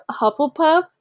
Hufflepuff